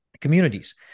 communities